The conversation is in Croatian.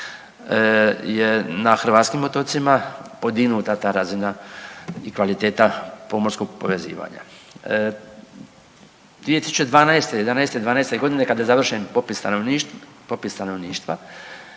je na hrvatskim otocima podignuta ta razina i kvaliteta pomorskog povezivanja. 2012., '11., '12. godine kada je završen popis stanovništva